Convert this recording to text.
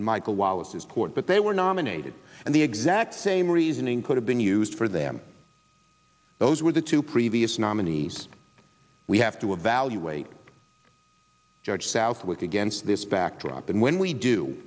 in michael wallace's court but they were nominated and the exact same reasoning could have been used for them those were the two previous nominees we have to evaluate judge southwick against this backdrop and when we do